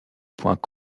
points